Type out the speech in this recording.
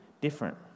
different